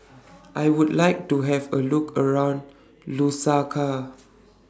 I Would like to Have A Look around Lusaka